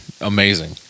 amazing